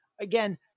again